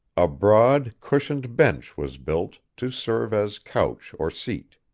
a broad, cushioned bench was built, to serve as couch or seat.